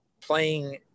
playing